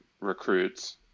recruits